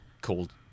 called